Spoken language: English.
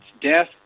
death